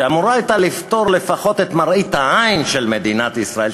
שאמורה הייתה לפתור לפחות את מראית העין של מדינת ישראל,